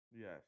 Yes